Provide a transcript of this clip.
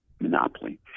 monopoly